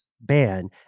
ban